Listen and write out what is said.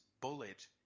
bullet